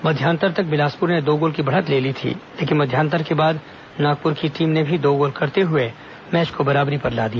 मध्यान्तर तक बिलासपुर ने दो गोल की बढ़त ले ली थी लेकिन मध्यान्तर के बाद नागपुर की टीम ने भी दो गोल करते हुए मैच को बराबरी पर ला दिया